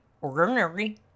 ordinary